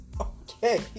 Okay